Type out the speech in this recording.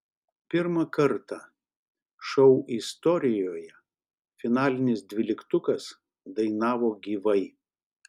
pirmą kartą šou istorijoje finalinis dvyliktukas dainavo gyvai